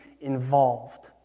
involved